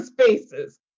spaces